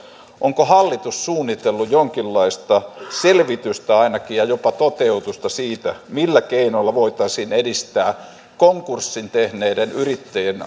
onko hallitus suunnitellut jonkinlaista selvitystä ainakin ja jopa toteutusta siitä millä keinolla voitaisiin edistää konkurssin tehneiden yrittäjien